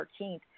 13th